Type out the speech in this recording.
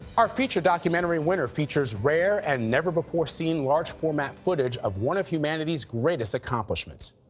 our feature documentary winner features rare and never before seen large format footage of one of humanity's greatest accomplishments.